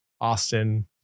Austin